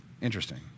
Interesting